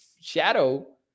shadow